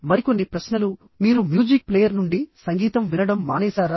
మరికొన్ని ప్రశ్నలు మీరు మ్యూజిక్ ప్లేయర్ నుండి సంగీతం వినడం మానేశారా